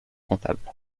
comptables